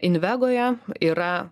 invegoje yra